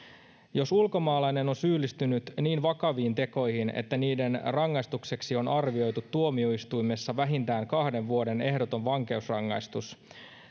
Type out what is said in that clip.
jos ulkomaalainen on syyllistynyt niin vakaviin tekoihin että niiden rangaistukseksi on arvioitu tuomioistuimessa vähintään kahden vuoden ehdoton vankeusrangaistus